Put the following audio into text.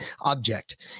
object